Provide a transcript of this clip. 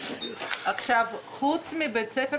אני אסביר